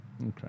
Okay